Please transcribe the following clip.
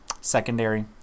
secondary